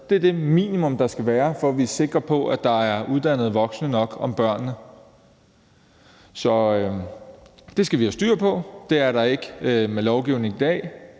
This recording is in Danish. det er det minimum, der skal være, for at vi er sikre på, at der er uddannede voksne nok om børnene. Så det skal vi have styr på. Det er der ikke med lovgivningen i dag,